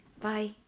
Bye